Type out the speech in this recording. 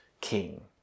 King